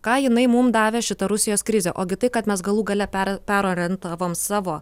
ką jinai mum davė šita rusijos krizė ogi tai kad mes galų gale per perorientavom savo